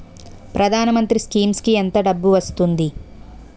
ప్రధాన మంత్రి స్కీమ్స్ కీ ఎంత డబ్బు వస్తుంది?